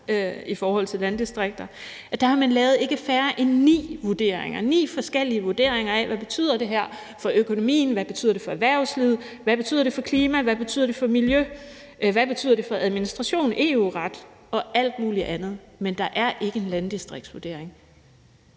i forhold til landdistrikter, at der har man lavet ikke færre end ni vurderinger; ni forskellige vurderinger af, hvad det her betyder for økonomien, hvad det betyder for erhvervslivet, hvad det betyder for klima, hvad det betyder for miljø, hvad det betyder for administration, EU-ret og alt mulig andet. Men der er ikke en landdistriktsvurdering,